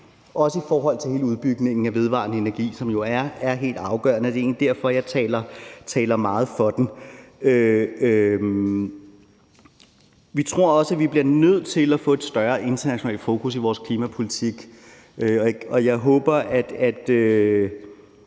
også i forhold til hele udbygningen af vedvarende energi, som jo er helt afgørende, og det er egentlig derfor, jeg taler meget for den. Vi tror også, at vi bliver nødt til at få et større internationalt fokus i vores klimapolitik, og jeg håber, at